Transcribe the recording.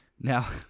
Now